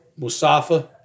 Musafa